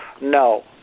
No